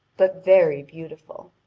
but very beautiful.